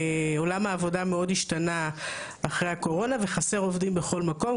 עולם העבודה מאוד השתנה אחרי הקורונה וחסר עובדים בכל מקום.